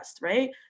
right